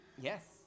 Yes